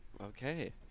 okay